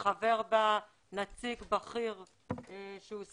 חבר בה נציג בכיר שהוא